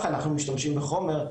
אני מצטרפת גם לאמירה,